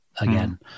Again